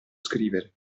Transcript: scrivere